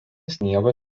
sniego